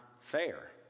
fair